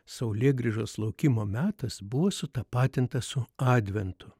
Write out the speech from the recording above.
saulėgrįžos laukimo metas buvo sutapatintas su adventu